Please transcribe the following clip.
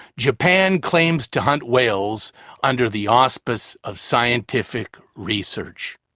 japan claims to hunts whales under the auspice of scientific research,